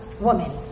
woman